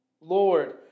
Lord